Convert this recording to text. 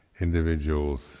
individual's